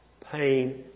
pain